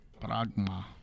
Pragma